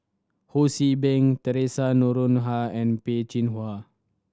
Ho See Beng Theresa Noronha and Peh Chin Hua